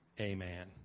Amen